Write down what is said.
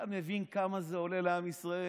אתה מבין, כמה זה עולה לעם ישראל.